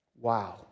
Wow